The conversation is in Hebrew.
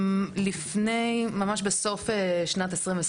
ממש בסוף שנת 2022,